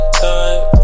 time